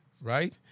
right